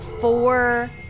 four